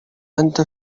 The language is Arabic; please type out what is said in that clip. أنت